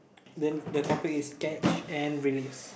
then the topic is catch and release